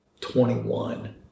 21